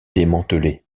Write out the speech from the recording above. démantelé